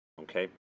Okay